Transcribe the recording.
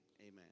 Amen